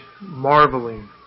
marveling